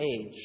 age